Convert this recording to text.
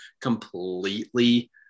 completely